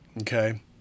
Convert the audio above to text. Okay